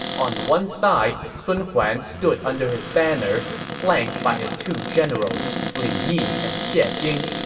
on one side, sun huan stood under his banner, flanked by his two generals, li yi and xie ah jing.